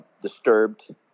disturbed